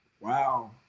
wow